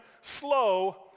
slow